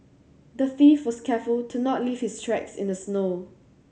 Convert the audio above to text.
the thief was careful to not leave his tracks in the snow